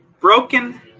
broken